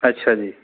अच्छा जी